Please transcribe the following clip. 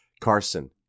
Carson